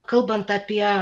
kalbant apie